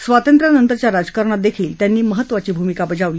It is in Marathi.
स्वातंत्र्यानंतरच्या राजकारणात त्यांनी महत्वाची भूमिका बजावली